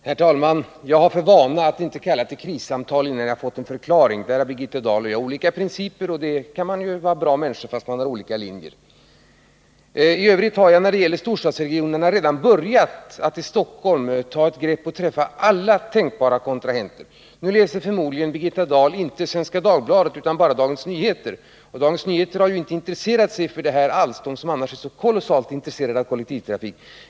Herr talman! Jag har för vana att inte kalla till krissamtal innan jag har fått en förklaring. Här har Birgitta Dahl och jag olika principer, och man kan vara bra människor fastän man har olika linjer. I övrigt har jag, när det gäller storstadsregionerna, redan börjat med att ta ett grepp beträffande Stockholm och träffa alla tänkbara kontrahenter. Nu läser förmodligen inte Birgitta Dahl Svenska Dagbladet utan bara Dagens Nyheter, och Dagens Nyheter har inte intresserat sig alls för detta — trots att man annars är så kolossalt intresserad av kollektivtrafik.